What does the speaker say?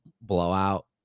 blowout